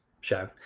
show